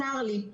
צר לי,